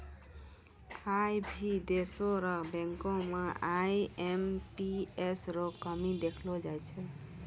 आई भी देशो र बैंको म आई.एम.पी.एस रो कमी देखलो जाय छै